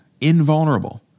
invulnerable